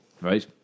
right